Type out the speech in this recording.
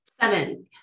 Seven